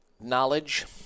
knowledge